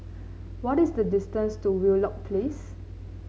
what is the distance to Wheelock Place